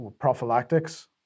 prophylactics